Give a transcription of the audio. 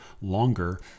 longer